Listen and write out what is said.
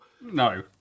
No